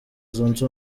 zunze